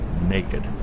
naked